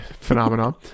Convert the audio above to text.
phenomenon